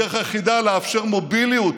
הדרך היחידה לאפשר מוביליות,